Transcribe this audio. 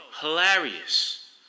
hilarious